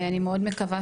אני גם מאוד מקווה,